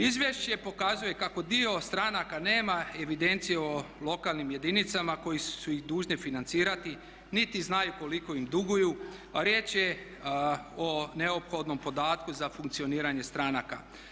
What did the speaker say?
Izvješće pokazuje kako dio stranaka nema evidenciju o lokalnim jedinicama koje su ih dužne financirati, niti znaju koliko im duguju a riječ je o neophodnom podatku za funkcioniranje stranaka.